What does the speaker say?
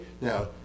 Now